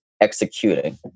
executing